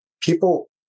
people